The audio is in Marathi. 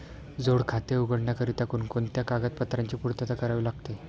जोड खाते उघडण्याकरिता कोणकोणत्या कागदपत्रांची पूर्तता करावी लागते?